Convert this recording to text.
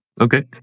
Okay